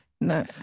no